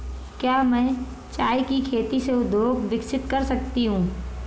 क्या मैं चाय की खेती से उद्योग विकसित कर सकती हूं?